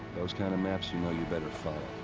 those kind of maps, you know you better follow.